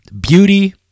Beauty